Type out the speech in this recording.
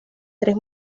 tres